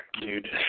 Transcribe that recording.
dude